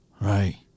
Right